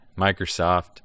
Microsoft